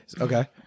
Okay